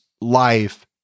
life